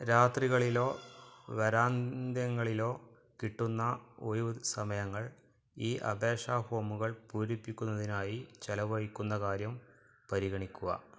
രാത്രികളിലോ വാരാന്ത്യങ്ങളിലോ കിട്ടുന്ന ഒഴിവു സമയങ്ങൾ ഈ അപേക്ഷാഫോമുകൾ പൂരിപ്പിക്കുന്നതിനായി ചിലവഴിക്കുന്ന കാര്യം പരിഗണിക്കുക